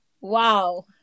Wow